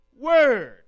word